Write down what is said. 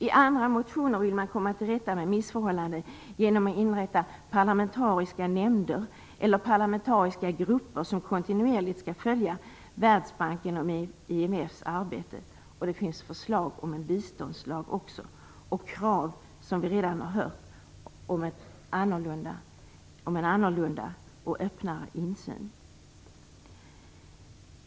I andra motioner vill man komma till rätta med missförhållanden genom att inrätta parlamentariska nämnder eller grupper som kontinuerligt skall följa Världsbankens och IMF:s arbete. Det finns förslag om en biståndslag och krav, som vi redan har hört, på en annorlunda och öppnare insyn.